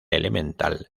elemental